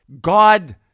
God